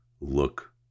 look